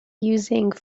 using